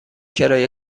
کرایه